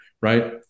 right